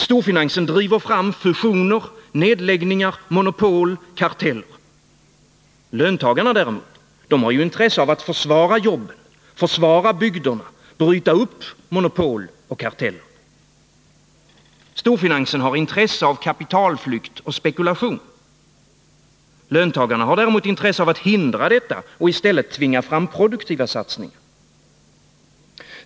Storfinansen driver fram fusioner, nedläggningar, monopol, karteller. Löntagarna däremot har ju intresse av att försvara jobben, försvara bygderna, bryta upp monopol och karteller. Storfinansen har intresse av kapitalflykt och spekulation. Löntagarna har däremot intresse av att hindra detta och i stället tvinga fram produktiva satsningar.